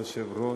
כבוד היושב-ראש,